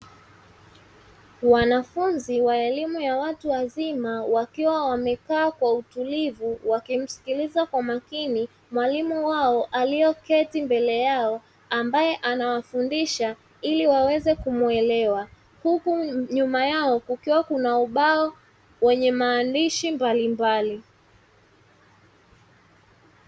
Wanafunzi wa elimu ya watu wazima wakiwa wamekaa kwa utulivu wakamsikiliza kwa makini mwalimu wao alioketi mbele yao ambaye anawafundisha ili waweze kumwelewa, huku nyuma yao kukiwa kuna ubao wenye maandishi mbalimbali.